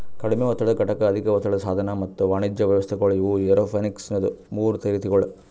ಕಡಿಮೆ ಒತ್ತಡದ ಘಟಕ, ಅಧಿಕ ಒತ್ತಡದ ಸಾಧನ ಮತ್ತ ವಾಣಿಜ್ಯ ವ್ಯವಸ್ಥೆಗೊಳ್ ಇವು ಏರೋಪೋನಿಕ್ಸದು ಮೂರು ರೀತಿಗೊಳ್